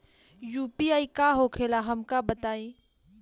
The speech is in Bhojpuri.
यू.पी.आई का होखेला हमका बताई?